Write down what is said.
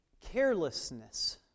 carelessness